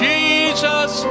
Jesus